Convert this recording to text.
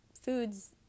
foods